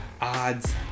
odds